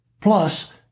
Plus